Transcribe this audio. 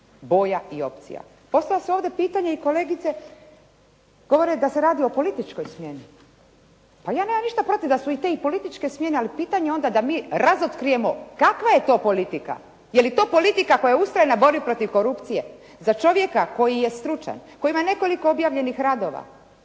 boja i opcija. Postavlja se ovdje pitanje i kolegice, govore da se radi o političkoj smjeni. Pa ja nemam ništa protiv da su i te političke smjene, ali pitanje je onda da mi razotkrijemo kakva je to politika. Je li to politika koja je ustrajna u borbi protiv korupcije za čovjeka koji je stručan, koji ima nekoliko objavljenih radova,